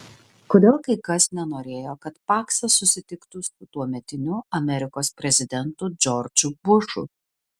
kodėl kai kas nenorėjo kad paksas susitiktų su tuometiniu amerikos prezidentu džordžu bušu